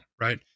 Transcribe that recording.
right